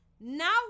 Now